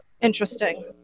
Interesting